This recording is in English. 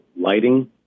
lighting